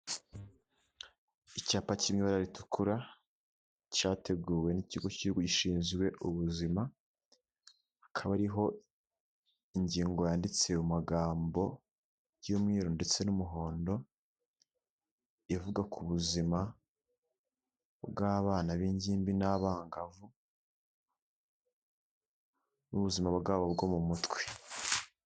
Icyapa cy'ibara ritukura cyateguwe n'ikigo k'igihugu gishinzwe ubuzima hakaba ari ingingo yanditse mu magambo y'umweru ndetse n'umuhondo, ivuga ku buzima bw'abana b'ingimbi n'abangavu n'ubuzima bwabo bwo mu mutwe.